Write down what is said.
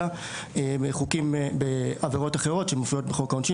אלא בעבירות אחרות שמופיעות בחוק העונשין